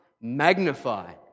magnify